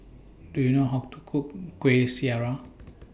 Do YOU know How to Cook Kuih Syara